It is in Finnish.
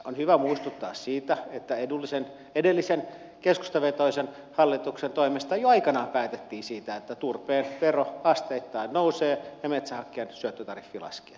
on hyvä muistuttaa siitä että edellisen keskustavetoisen hallituksen toimesta jo aikanaan päätettiin siitä että turpeen vero asteittain nousee ja metsähakkeen syöttötariffi laskee